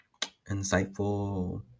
insightful